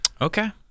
Okay